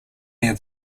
near